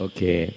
Okay